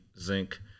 zinc